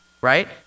right